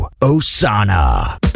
Osana